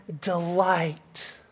delight